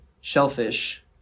shellfish